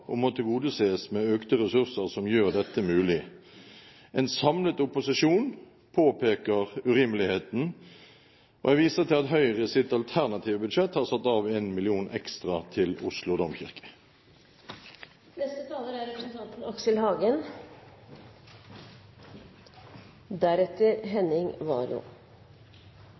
og må tilgodeses med økte ressurser som gjør dette mulig. En samlet opposisjon påpeker urimeligheten. Jeg viser til at Høyre i sitt alternative budsjett har satt av 1 mill. kr ekstra til Oslo domkirke.